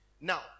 Now